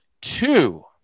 two